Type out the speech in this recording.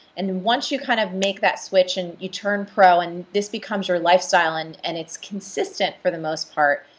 and once you kind of make that switch and you turn pro and this becomes your lifestyle and and it's consistent for the most part,